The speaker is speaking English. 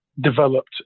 developed